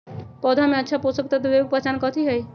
पौधा में अच्छा पोषक तत्व देवे के पहचान कथी हई?